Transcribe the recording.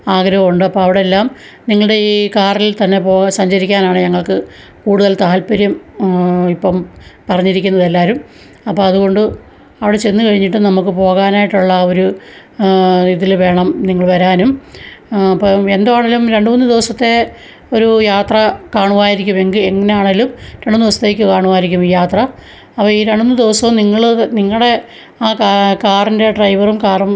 ആഗ്രഹമുണ്ട് അപ്പോൾ അവിടെ എല്ലാം നിങ്ങളുടെ ഈ കാറിൽ തന്നെ പോകാൻ സഞ്ചരിക്കാനാണ് ഞങ്ങൾക്ക് കൂടുതൽ താൽപ്പര്യം ഇപ്പം പറഞ്ഞിരിക്കുന്നത് എല്ലാവരും അപ്പോൾ അതുകൊണ്ട് അവിടെ ചെന്നുകഴിഞ്ഞിട്ട് നമുക്ക് പോകാനായിട്ടുള്ള ഒരു ഇതിൽ വേണം നിങ്ങൾ വരാനും അപ്പോൾ എന്തുവാണെങ്കിലും രണ്ടു മൂന്ന് ദിവസത്തേക്ക് ഒരു യാത്ര കാണുമായിരിക്കും എങ്കിൽ എന്നാണെങ്കിലും രണ്ടു മൂന്ന് ദിവസത്തേക്ക് കാണുമായിരിക്കും ഈ യാത്ര അപ്പോൾ ഈ രണ്ടു മൂന്ന് ദിവസവും നിങ്ങൾ അത് നിങ്ങളുടെ ആ കാറിൻ്റെ ഡ്രൈവറും കാറും